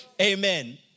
Amen